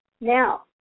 Now